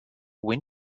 when